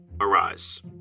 arise